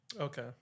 Okay